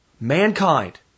mankind